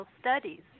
studies